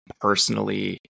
personally